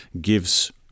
gives